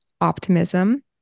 optimism